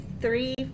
three